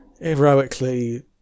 heroically